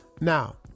Now